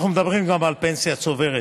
אנחנו מדברים גם על פנסיה צוברת.